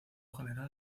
general